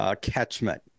Catchment